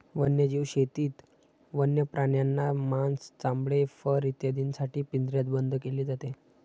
वन्यजीव शेतीत वन्य प्राण्यांना मांस, चामडे, फर इत्यादींसाठी पिंजऱ्यात बंद केले जाते